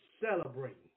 celebrating